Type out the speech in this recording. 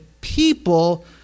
people